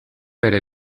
bere